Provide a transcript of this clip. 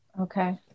Okay